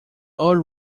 old